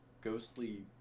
ghostly